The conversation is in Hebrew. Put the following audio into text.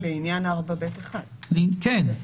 לעניין סעיף 4ב1. כן.